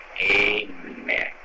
Amen